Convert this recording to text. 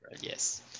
yes